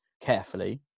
carefully